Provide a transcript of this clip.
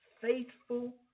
faithful